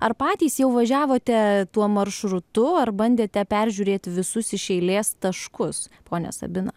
ar patys jau važiavote tuo maršrutu ar bandėte peržiūrėti visus iš eilės taškus ponia sabina